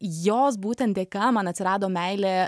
jos būtent dėka man atsirado meilė